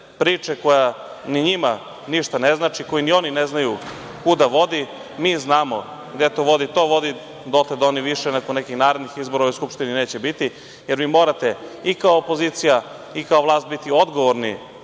priče, koja ni njima ništa ne znači, koju ni oni ne znaju kuda vodi. Mi znamo gde to vodi. To vodi dotle da oni više nakon nekih narednih izbora u Skupštini više neće biti, jer vi morate i kao opozicija i kao vlast biti odgovorni